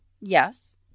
Yes